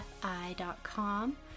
FI.com